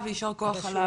יישר כוח.